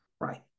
right